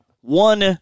One